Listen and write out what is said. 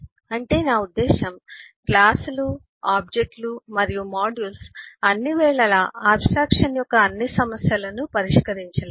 అంటే నా ఉద్దేశ్యం క్లాసులు ఆబ్జెక్ట్లు మరియు మాడ్యూల్స్ అన్ని వేళలా ఆబ్స్ ట్రాక్షన్ యొక్క అన్ని సమస్యలను పరిష్కరించలేవు